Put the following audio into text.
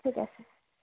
ঠিক আছে